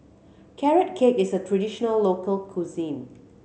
Carrot Cake is a traditional local cuisine